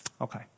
Okay